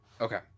Okay